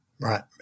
Right